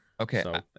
Okay